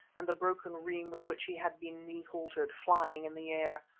and the broken reim with which he had been knee-haltered, flying in the air.